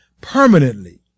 permanently